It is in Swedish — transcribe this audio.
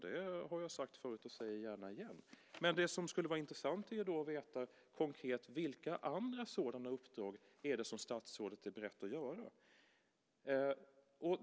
Det har jag sagt förut och säger gärna igen. Men det som skulle vara intressant är att veta konkret vilka andra sådana uppdrag statsrådet är beredd att göra.